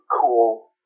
cool